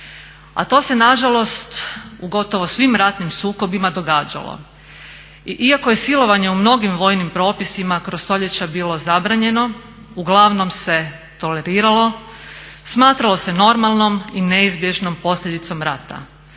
a to se na žalost u gotovo svim ratnim sukobima događalo. I iako je silovanje u mnogim vojnim propisima kroz stoljeća bilo zabranjeno uglavnom se toleriralo, smatralo se normalnom i neizbježnom posljedicom rata.